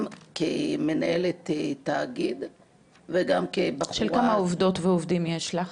גם כמנהלת תאגיד וגם כ --- של כמה עובדות ועובדים יש לך?